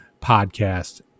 podcast